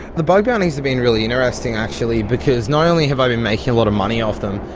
the bug bounties have been really interesting actually, because not only have i been making a lot of money off them,